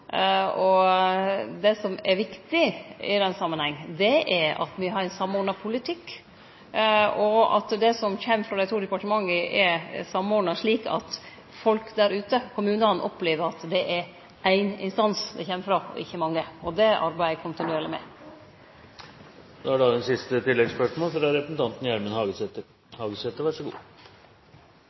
Det som er viktig i den samanhengen, er at me har ein samordna politikk, og at det som kjem frå dei to departementa, er samordna, slik at folk der ute, kommunane, opplever at det er éin instans det kjem frå, og ikkje mange. Det arbeider eg kontinuerleg